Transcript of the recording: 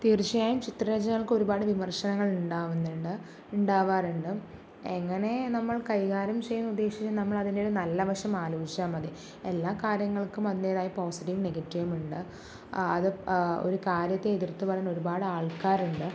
തീർച്ചയായും ചിത്രരചനകൾക്ക് ഒരുപാട് വിമർശനങ്ങൾ ഉണ്ടാകുന്നുണ്ട് ഉണ്ടാവാറുണ്ട് എങ്ങനെ നമ്മൾ കൈകാര്യം ചെയ്യാൻ ഉദ്ദേശിച്ച് നമ്മൾ അതിന് ഒരു നല്ല വശം ആലോചിച്ചാൽ മതി എല്ലാ കാര്യങ്ങൾക്കും അതിൻ്റെതായ പോസിറ്റീവും നെഗറ്റീവും ഉണ്ട് അത് ഒരു കാര്യത്തെ എതിർത്ത് പറയാൻ ഒരുപാട് ആൾക്കാരുണ്ട്